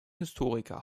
historiker